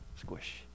squish